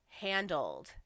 handled